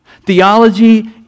Theology